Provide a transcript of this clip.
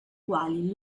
quali